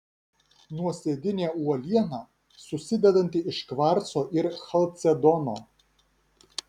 nuosėdinė uoliena susidedanti iš kvarco ir chalcedono